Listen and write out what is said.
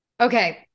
Okay